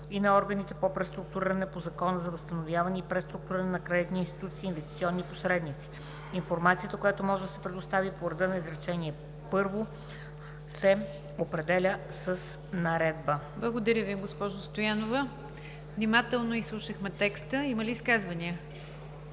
и на органите по преструктуриране по Закона за възстановяване и преструктуриране на кредитни институции и инвестиционни посредници. Информацията, която може да се предостави по реда на изречение първо, се определя с наредба.“ ПРЕДСЕДАТЕЛ НИГЯР ДЖАФЕР: Благодаря Ви, госпожо Стоянова. Внимателно изслушахме текста. Има ли изказвания?